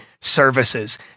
services